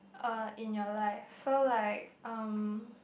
uh in your life so like um